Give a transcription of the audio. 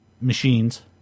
machines